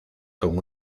con